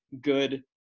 good